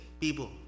people